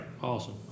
awesome